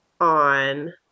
on